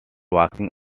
walking